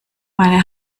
meine